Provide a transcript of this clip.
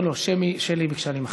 שלי ביקשה להימחק.